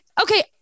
okay